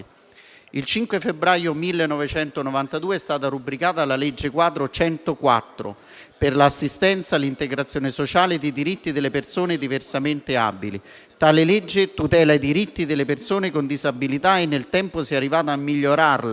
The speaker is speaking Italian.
Il 5 febbraio 1992 è stata rubricata la legge quadro n. 104 per l'assistenza, l'integrazione sociale e i diritti delle persone diversamente abili. Tale legge tutela i diritti delle persone con disabilità e nel tempo si è arrivati a migliorarla,